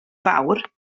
fawr